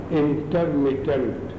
intermittent